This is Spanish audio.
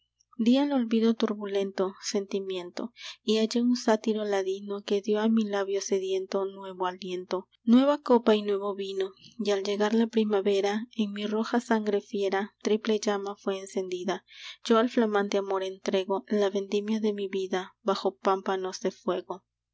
di al olvido turbulento sentimiento y hallé un sátiro ladino que dió a mi labio sediento nuevo aliento nueva copa y nuevo vino y al llegar la primavera en mi roja sangre fiera triple llama fué encendida yo al flamante amor entrego la vendimia de mi vida bajo pámpanos de fuego en